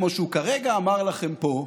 כמו שהוא כרגע אמר לכם פה,